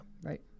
Right